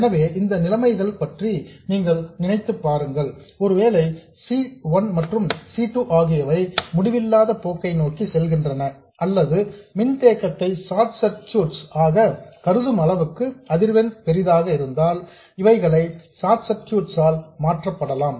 எனவே இந்த நிலைமைகள் பற்றி நீங்கள் நினைத்து பாருங்கள் ஒருவேளை C 1 மற்றும் C 2 ஆகியவை முடிவில்லாத போக்கை நோக்கி செல்கின்றன அல்லது மின்தேக்கத்தை ஷார்ட் சர்க்யூட்ஸ் ஆக கருதும் அளவுக்கு அதிர்வெண் பெரியதாக இருந்தால் இவைகளை ஷார்ட் சர்க்யூட்ஸ் ஆல் மாற்றப்படலாம்